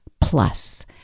Plus